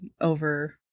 over